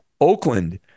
Oakland